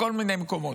בכל מיני מקומות.